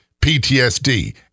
PTSD